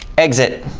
exit.